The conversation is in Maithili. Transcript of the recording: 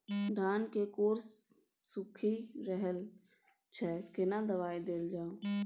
धान के कॉर सुइख रहल छैय केना दवाई देल जाऊ?